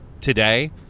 today